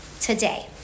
today